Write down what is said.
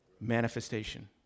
Manifestation